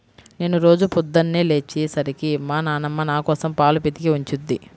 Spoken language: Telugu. నేను రోజూ పొద్దన్నే లేచే సరికి మా నాన్నమ్మ నాకోసం పాలు పితికి ఉంచుద్ది